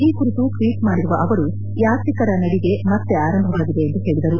ಈ ಕುರಿತು ಟ್ಲೀಟ್ ಮಾಡಿರುವ ಅವರು ಯಾತ್ರಿಕರ ನಡಿಗೆ ಮತ್ತೆ ಆರಂಭವಾಗಿದೆ ಎಂದು ಹೇಳಿದರು